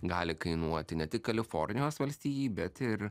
gali kainuoti ne tik kalifornijos valstijai bet ir